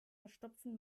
verstopfen